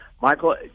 Michael